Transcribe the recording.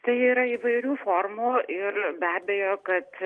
tai yra įvairių formų ir be abejo kad